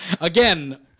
Again